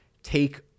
take